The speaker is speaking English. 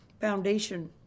foundation